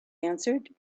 answered